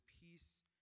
peace